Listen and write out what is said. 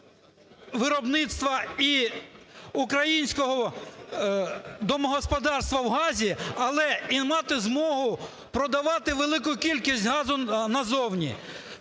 виробництва і українського домогосподарства в газі, але і мати змогу продавати велику кількість газу на зовні.